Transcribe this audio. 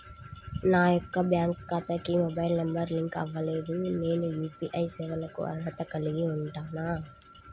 నా యొక్క బ్యాంక్ ఖాతాకి మొబైల్ నంబర్ లింక్ అవ్వలేదు నేను యూ.పీ.ఐ సేవలకు అర్హత కలిగి ఉంటానా?